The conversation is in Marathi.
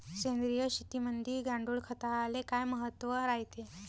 सेंद्रिय शेतीमंदी गांडूळखताले काय महत्त्व रायते?